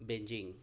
Beijing